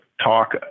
Talk